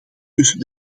tussen